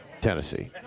Tennessee